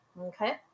Okay